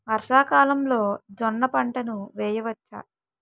వర్షాకాలంలో జోన్న పంటను వేయవచ్చా?